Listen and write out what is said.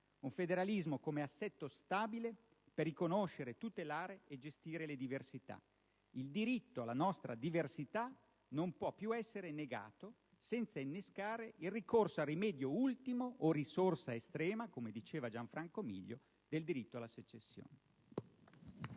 un federalismo come assetto stabile per riconoscere, tutelare e gestire le diversità. Il diritto alla nostra diversità non può più essere negato senza innescare il ricorso al rimedio ultimo, o alla risorsa estrema, come diceva Gianfranco Miglio, del diritto alla secessione.*(Applausi